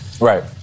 Right